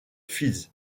fields